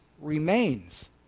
remains